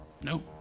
No